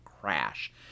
crash